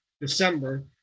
December